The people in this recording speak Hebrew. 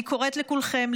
אני קוראת לכולכם,